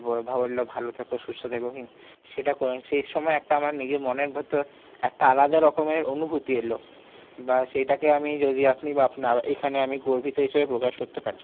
বললো ভালো থেকো সুস্থ থেকো সেটা করলাম সেই সময় একটা আমার নিজের মনের ভেতর একটা আলাদা রকমের অনুভূতি এল বা সেটাকে আমি যদি আপনি বা এখানে আমি গর্বিত হিসাবে প্রকাশ করতে পারি